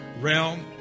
realm